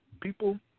people